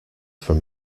from